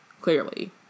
clearly